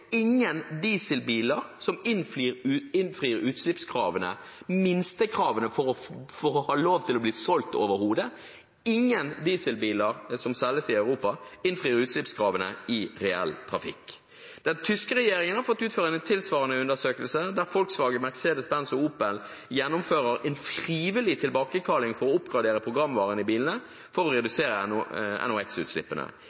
ingen dieselbiler innfrir utslippskravene – minstekravene for å ha lov til å selge dem overhodet. Ingen dieselbiler som selges i Europa, innfrir utslippskravene i reell trafikk. Den tyske regjeringen har fått utført en tilsvarende undersøkelse der Volkswagen, Mercedes Benz og Opel gjennomfører en frivillig tilbakekalling for å oppgradere programvaren i bilene for å